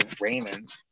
Raymond